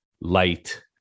light